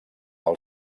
del